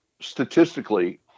statistically